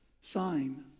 sign